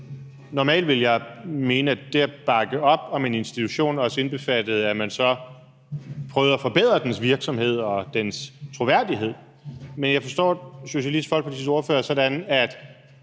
Normalt ville jeg mene, at det at bakke op om en institution også indbefatter, at man så prøver at forbedre dens virksomhed og dens troværdighed. Men jeg forstår Socialistisk Folkepartis ordfører sådan, at